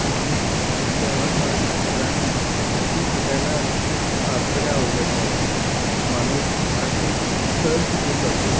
माणूस तेव्हाच मराठी शिकतो आहे आणि मराठी शिकायला असं फारसं काय अवघड नाही आहे माणूस मराठी सहज शिकून जातो आहे